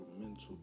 mental